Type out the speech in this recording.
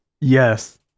Yes